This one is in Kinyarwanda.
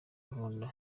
gahunda